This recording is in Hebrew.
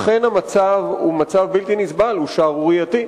אכן המצב הוא מצב בלתי נסבל, הוא שערורייתי.